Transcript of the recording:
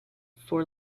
for